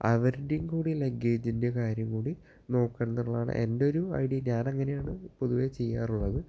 അവരുടേയും കൂടി ലഗ്ഗേജിന്റെ കാര്യം കൂടി നോക്കണമെന്നുള്ളതാണ് എന്റെ ഒരു ഐഡിയ ഞാൻ അങ്ങനെയാണ് പൊതുവേ ചെയ്യാറുള്ളത്